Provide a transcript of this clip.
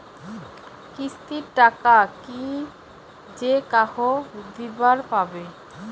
কিস্তির টাকা কি যেকাহো দিবার পাবে?